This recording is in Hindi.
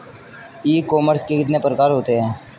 ई कॉमर्स के कितने प्रकार होते हैं?